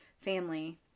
family